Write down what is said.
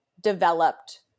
developed